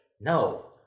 no